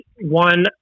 one